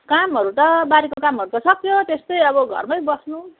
कामहरू त बारीको कामहरू त सकियो त्यस्तै अब घरमै बस्नु